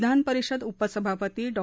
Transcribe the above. विधान परिषद उपसभापती डॉ